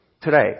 today